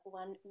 one